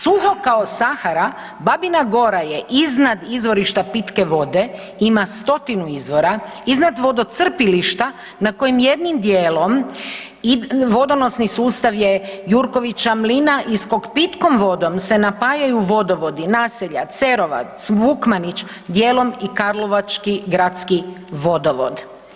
Suho kao Sahara Babina Gora je iznad izvorišta pitke vode, ima 100-tinu izvora, iznad vodocrpilišta na kojem jedinom dijelom i vodonosni sustav je Jurkovića mlina iz kog pitkom vodom se napajaju vodovodi naselja Cerovac, Vukmanić, dijelom i karlovački gradski vodovod.